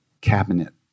cabinet